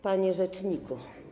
Panie Rzeczniku!